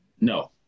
No